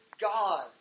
God